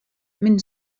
minn